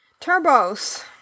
Turbos